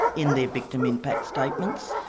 in their victim impact statements.